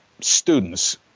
students